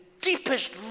deepest